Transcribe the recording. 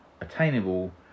Attainable